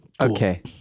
Okay